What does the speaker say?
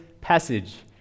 passage